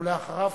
ואחריו,